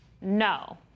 no